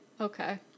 okay